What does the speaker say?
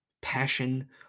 passion